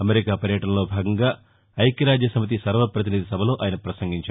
America పర్యటనలో భాగంగా ఐక్యరాజ్య సమితి సర్వపతినిధి సభలో ఆయన ప్రపంగించారు